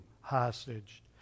hostage